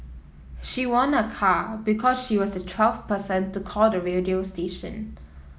she won a car because she was the twelfth person to call the radio station